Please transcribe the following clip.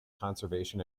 conservation